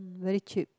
hmm very cheap